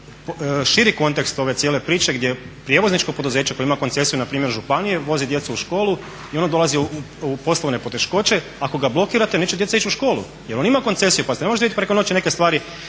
širi kontekst ove cijele priče gdje prijevozničko poduzeće koje ima koncesiju npr. županije vozi djecu u školu i ono dolazi u poslovne poteškoće. Ako ga blokirate neće djeca ići u školu jer on ima koncesiju, ne možete vi preko noći neke stvari